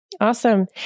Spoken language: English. Awesome